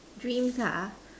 dreams lah